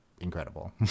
incredible